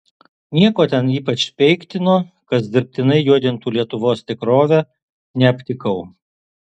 nieko ten ypač peiktino kas dirbtinai juodintų lietuvos tikrovę neaptikau